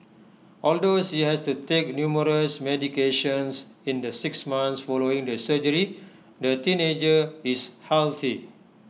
although she has to take numerous medications in the six months following the surgery the teenager is healthy